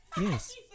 Yes